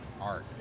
art